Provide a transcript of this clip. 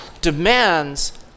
demands